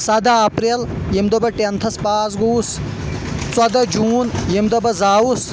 سدہ اپریل ییٚمہِ دۄہی بہٕ ٹیٚن تھس پاس گوٚوُس ژۄدہ جوٗن ییٚمہِ دۄہ بہٕ زاوُس